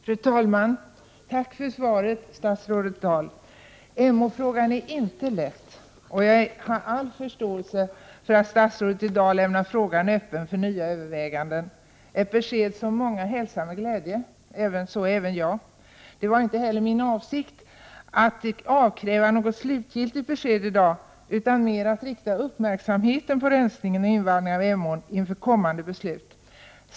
Fru talman! Tack för svaret, statsrådet Dahl. Emåfrågan är inte lätt, och jag har all förståelse för att statsrådet i dag lämnar frågan öppen för nya överväganden, ett besked som många hälsar med glädje, så även jag. Det var heller inte min avsikt att avkräva något slutgiltigt besked i dag utan mer att rikta uppmärksamheten på rensningen och invallningen av Emån inför kommande beslut.